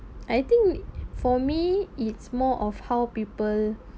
I think for me it's more of how people